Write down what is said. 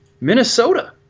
Minnesota